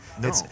no